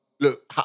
Look